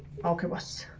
marcos